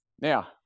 now